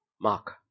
Mark